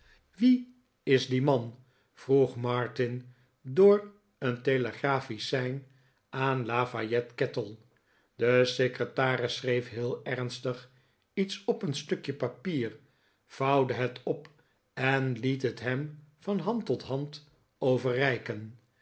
wie is die man vroeg martin door een telegraphisch sein aan lafayette kettle de secretaris schreef heel ernstig iets op een stukje papier vouwde het op en liet het hem van hand tot hand overreiken